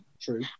True